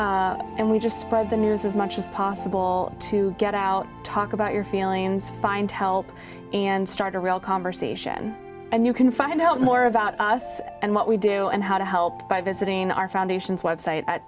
happened and we just spread the news as much as possible to get out talk about your feelings find help and start a real conversation and you can find out more about us and what we do and how to help by visiting our foundation's website